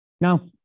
Now